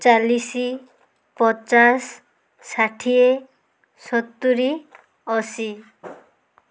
ଚାଳିଶି ପଚାଶ ଷାଠିଏ ସତୁୁରୀ ଅଶୀ